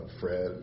Fred